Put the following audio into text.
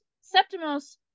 Septimus